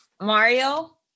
Mario